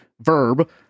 verb